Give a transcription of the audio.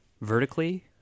vertically